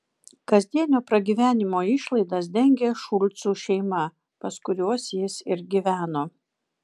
kasdienio pragyvenimo išlaidas dengė šulcų šeima pas kuriuos jis ir gyveno